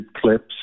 clips